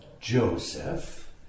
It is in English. Joseph